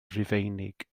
rufeinig